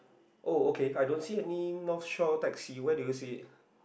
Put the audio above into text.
oh okay I don't see any North shore taxi where do you see it